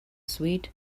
sweet